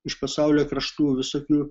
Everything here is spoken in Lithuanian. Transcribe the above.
iš pasaulio kraštų visokių